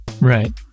Right